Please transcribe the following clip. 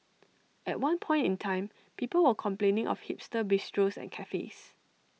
at one point in time people were complaining of hipster bistros and cafes